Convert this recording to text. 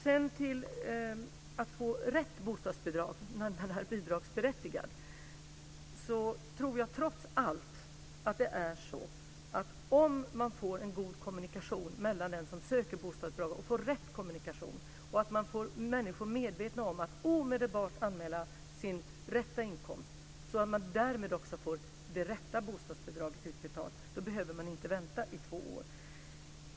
Angående rätten till rätt bostadsbidrag när man är bidragsberättigad så tror jag trots allt att om man får en god kommunikation, och rätt kommunikation, mellan den som söker bostadsbidraget och handläggaren och om man får människor medvetna om vikten av att omedelbart meddela sin rätta inkomst så att de därmed också får det rätta bostadsbidraget utbetalat så behöver man inte vänta i två år.